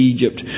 Egypt